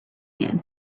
man